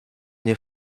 nie